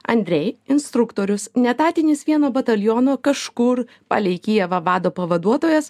andrei instruktorius neetatinis vieno bataliono kažkur palei kijevą vado pavaduotojas